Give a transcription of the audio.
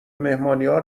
مهمانیها